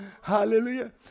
hallelujah